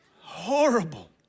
Horrible